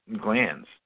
glands